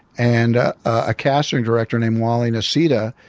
and ah a casting director named wally nassida,